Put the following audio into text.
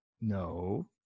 No